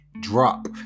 drop